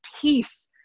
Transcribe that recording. peace